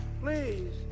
Please